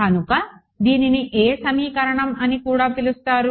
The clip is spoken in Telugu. కనుక దీనిని ఏ సమీకరణం అని కూడా పిలుస్తారు